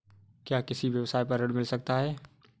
क्या किसी व्यवसाय पर ऋण मिल सकता है?